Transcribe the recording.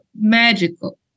magical